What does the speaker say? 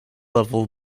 level